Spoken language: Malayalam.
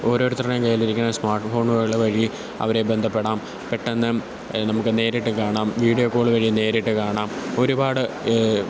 ഓരോരുത്തരുടെയും കയ്യിലിരിക്കണ സ്മാർട്ട് ഫോണുകള് വഴി അവരെ ബന്ധപ്പെടാം പെട്ടെന്ന് നമുക്ക് നേരിട്ട് കാണാം വീഡിയോ കോള് വഴി നേരിട്ട് കാണാം ഒരുപാട്